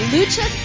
Lucha